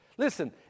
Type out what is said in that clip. Listen